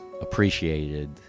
appreciated